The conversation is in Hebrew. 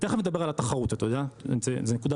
ותכף נדבר גם על התחרות אתה יודע זו נקודה